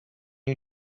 you